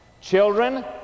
children